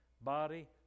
body